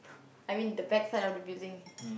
I mean the bad side of the building